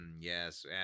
Yes